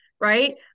right